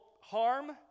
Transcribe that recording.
harm